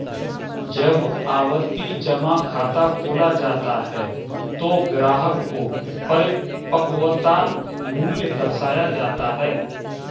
जब आवर्ती जमा खाता खोला जाता है तो ग्राहक को परिपक्वता मूल्य दर्शाया जाता है